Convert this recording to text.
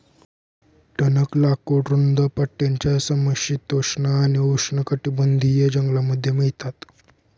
टणक लाकूड रुंद पट्ट्याच्या समशीतोष्ण आणि उष्णकटिबंधीय जंगलांमध्ये मिळतात